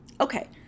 Okay